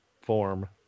form